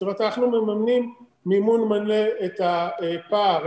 זאת אומרת אנחנו מממנים מימון מלא את הפער,